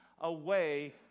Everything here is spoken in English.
away